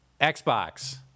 Xbox